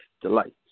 delight